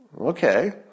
Okay